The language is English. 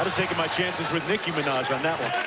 taken my chances with nicki minaj on that one.